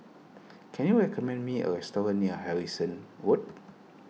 can you recommend me a restaurant near Harrison Road